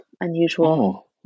unusual